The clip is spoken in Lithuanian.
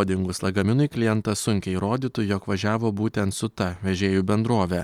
o dingus lagaminui klientas sunkiai įrodytų jog važiavo būtent su ta vežėjų bendrove